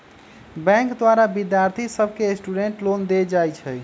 bank द्वारा विद्यार्थि सभके स्टूडेंट लोन देल जाइ छइ